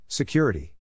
Security